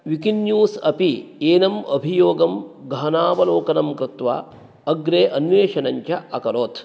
Wikinews अपि एनम् अभियोगं गहनावलोकनं कृत्वा अग्रे अन्वेषणं च अकरोत्